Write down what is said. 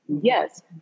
Yes